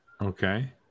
Okay